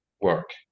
Work